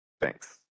Thanks